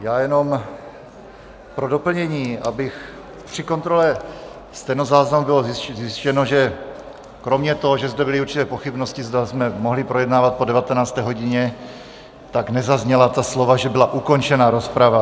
Já jenom pro doplnění, při kontrole stenozáznamu bylo zjištěno, že kromě toho, že zde byly určité pochybnosti, zda jsme mohli projednávat po 19. hodině, tak nezazněla ta slova, že byla ukončena rozprava.